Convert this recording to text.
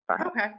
Okay